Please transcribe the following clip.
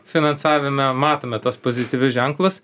finansavime matome tuos pozityvius ženklus